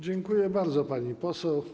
Dziękuję bardzo, pani poseł.